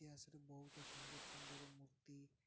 ଇତିହାସରେ ବହୁତ ସୁନ୍ଦର ସୁନ୍ଦର ମୂର୍ତ୍ତି